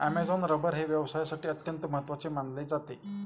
Amazon rubber हे व्यवसायासाठी अत्यंत महत्त्वाचे मानले जाते